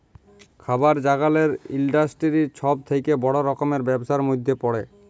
খাবার জাগালের ইলডাসটিরি ছব থ্যাকে বড় রকমের ব্যবসার ম্যধে পড়ে